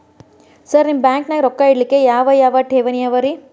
Sir ನಿಮ್ಮ ಬ್ಯಾಂಕನಾಗ ರೊಕ್ಕ ಇಡಲಿಕ್ಕೆ ಯಾವ್ ಯಾವ್ ಠೇವಣಿ ಅವ ರಿ?